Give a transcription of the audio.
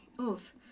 oof